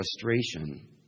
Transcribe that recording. frustration